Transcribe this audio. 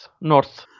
north